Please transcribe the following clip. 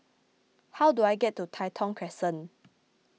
how do I get to Tai Thong Crescent